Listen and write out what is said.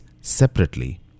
separately